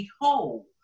behold